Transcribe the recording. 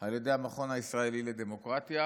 על ידי המכון הישראלי לדמוקרטיה,